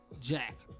jack